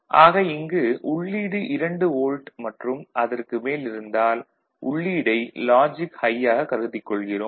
ஆக இங்கு உள்ளீடு 2 வோல்ட் மற்றும் அதற்கு மேல் இருந்தால் உள்ளீடை லாஜிக் ஹை யாக கருதிக் கொள்கிறோம்